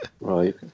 Right